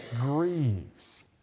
grieves